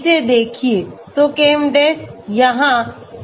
इसे देखिए